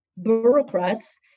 bureaucrats